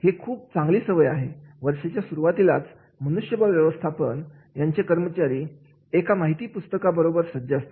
ही एक खूप चांगली सवय आहे वर्षाच्या सुरुवातीलाच मनुष्यबळ व्यवस्थापन यांचे कर्मचारी एका माहिती पुस्तके बरोबर सज्ज असतात